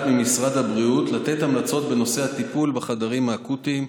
ממשרד הבריאות לתת המלצות בנושא הטיפול בחדרים האקוטיים.